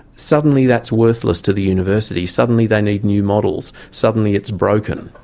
suddenly, that's worthless to the university, suddenly they need new models, suddenly it's broken.